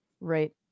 Right